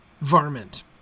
Varmint